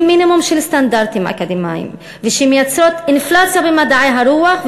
מינימום של סטנדרטים אקדמיים ושמייצרות אינפלציה במדעי הרוח,